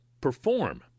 perform